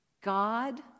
God